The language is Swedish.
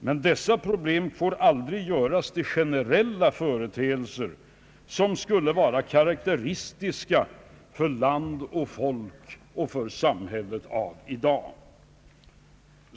Men dessa problem får aldrig göras till generella företeelser, som skulle vara karaktäristiska för land och folk och för samhället av i dag.